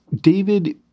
David